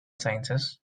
sciences